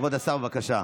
כבוד השר, בבקשה.